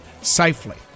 safely